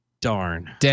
Darn